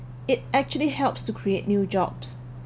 it actually helps to create new jobs